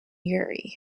yuri